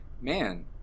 man